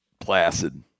placid